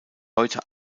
heute